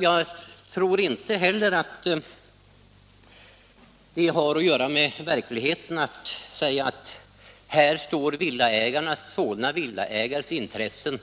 Jag tror inte heller att det är med verkligheten överensstämmande när man säger att här står Solna villaägares intressen